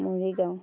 Morigaon